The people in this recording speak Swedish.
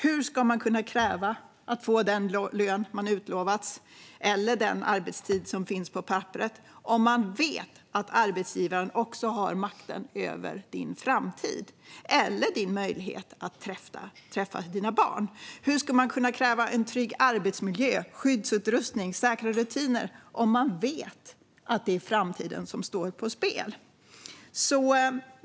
Hur ska du kunna kräva att få den lön du har utlovats eller den arbetstid som finns på papperet, om du vet att arbetsgivaren också har makten över din framtid eller din möjlighet att träffa dina barn? Hur ska man kunna kräva en trygg arbetsmiljö, skyddsutrustning och säkra rutiner om man vet att det är framtiden som står på spel?